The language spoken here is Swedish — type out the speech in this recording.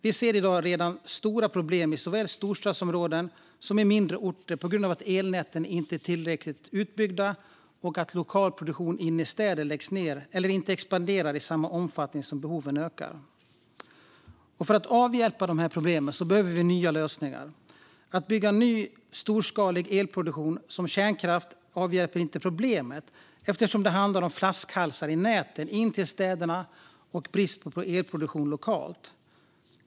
Vi ser redan i dag stora problem såväl i storstadsområden som på mindre orter på grund av att elnäten inte är tillräckligt utbyggda och att lokal produktion inne i städer läggs ned eller inte expanderar i samma omfattning som behoven ökar. För att avhjälpa dessa problem behöver vi nya lösningar. Att bygga ny storskalig elproduktion, som kärnkraft, avhjälper inte problemet eftersom det handlar om flaskhalsar i näten in till städerna och brist på elproduktion lokalt.